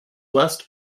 west